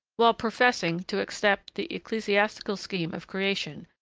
while professing to accept the ecclesiastical scheme of creation,